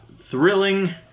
thrilling